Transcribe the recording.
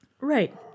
Right